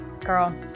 Girl